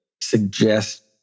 suggest